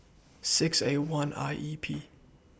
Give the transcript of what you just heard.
six A one I E P